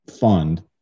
fund